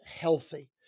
healthy